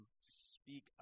speak